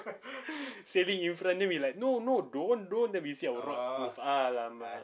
sailing in front then we like no no don't don't then we see our rod move !alamak!